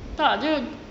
tak dia